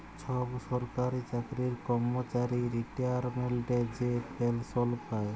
ছব সরকারি চাকরির কম্মচারি রিটায়ারমেল্টে যে পেলসল পায়